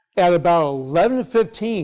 at about eleven fifteen